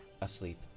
asleep